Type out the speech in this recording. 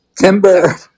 timber